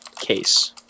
case